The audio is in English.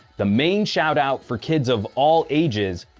the main shout out for kids of all ages,